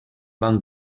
van